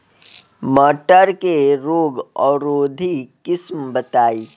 मटर के रोग अवरोधी किस्म बताई?